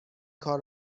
کار